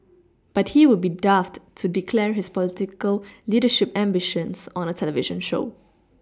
but he would be daft to declare his political leadership ambitions on a television show